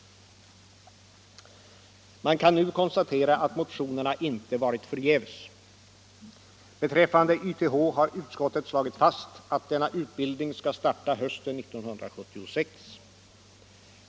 Man kan nu konstatera att motionerna inte varit förgäves. Beträffande YTH har utskottet slagit fast att denna utbildning skall starta hösten 1976.